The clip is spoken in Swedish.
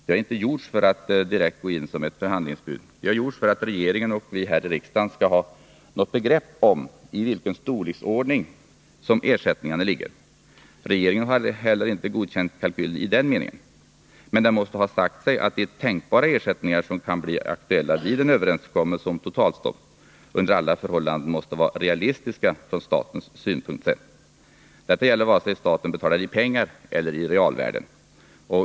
De har inte gjorts för att direkt läggas in som ett förhandlingsbud, utan de har gjorts för att regeringen och vi i riksdagen skall ha något begrepp om i vilken storleksordning ersättningarna ligger. Regeringen har inte heller godkänt kalkylen i den meningen. Men den måste ha sagt sig att de tänkbara ersättningar som kan bli aktuella vid en överenskommelse om totalstopp, under alla förhållanden måste vara realistiska från statens synpunkt sett. Detta gäller vare sig staten betalar i pengar eller i realvärden.